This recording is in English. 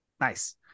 Nice